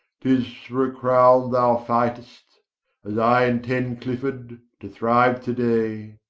tis for a crown thou fightst as i intend clifford to thriue to day,